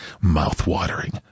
Mouth-watering